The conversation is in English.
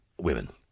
women